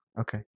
okay